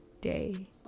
day